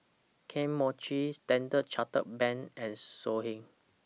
Kane Mochi Standard Chartered Bank and Songhe